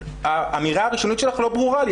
האמירה הראשונית שלך לא ברורה לי,